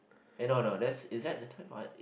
eh no no that's is that the term uh it